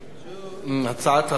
הצעת החוק לא התקבלה.